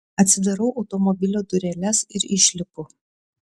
atsidarau automobilio dureles ir išlipu